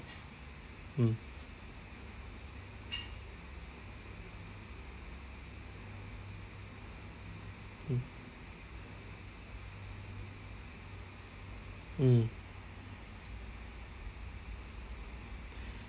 mm mm mm